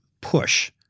push